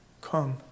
come